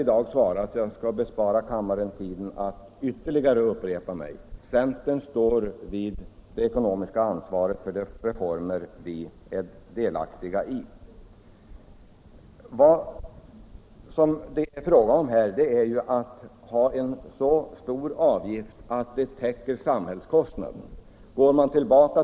Nr 85 nu inte uppta kammarens tid ytterligare med att upprepa mig. Centern Onsdagen den tar det ekonomiska ansvaret för de reformer som vi är delaktiga i. 21 maj 1975 Vad det gäller är att ta ut så stor avgift att den täcker samhällskost Brister AA SRS naderna.